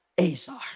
Azar